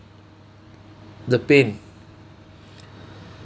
the pain